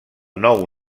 nou